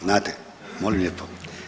Znate, molim lijepo.